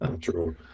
True